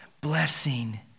Blessing